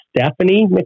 Stephanie